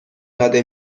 داده